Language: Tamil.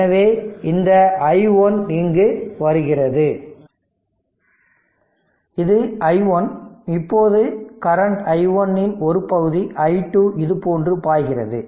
எனவே இந்த i1 இங்கு வருகிறது இது i1 இப்போது கரண்ட் i1 இன் ஒரு பகுதி i2 இதுபோன்று பாய்கிறது